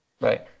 Right